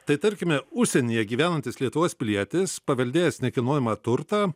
tai tarkime užsienyje gyvenantis lietuvos pilietis paveldėjęs nekilnojamą turtą